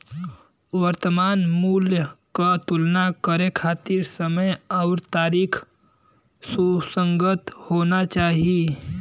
वर्तमान मूल्य क तुलना करे खातिर समय आउर तारीख सुसंगत होना चाही